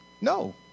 no